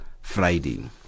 Friday